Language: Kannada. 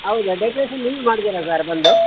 ಹೌದಾ ಡೆಕೊರೇಷನ್ ನಿಮ್ದು ಮಾಡೋದೇನ ಸರ್ ಬಂದು